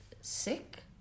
sick